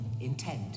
intent